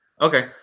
Okay